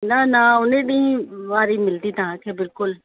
न न उन ॾींहं वारी मिलंदी तव्हांखे बिल्कुलु